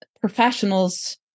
professionals